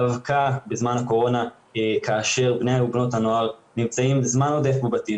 דווקא בזמן הקורונה כאשר בני ובנות הנוער נמצאים זמן עודף בבתים,